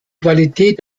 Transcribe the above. qualität